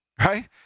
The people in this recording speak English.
right